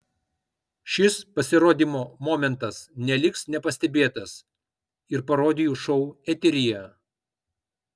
šis pasirodymo momentas neliks nepastebėtas ir parodijų šou eteryje